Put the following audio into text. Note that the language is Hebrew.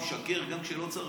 הוא משקר גם כשלא צריך.